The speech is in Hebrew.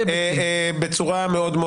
בחירות לפי סעיפים 34 או 36א או לפי סעיפים 11(ב)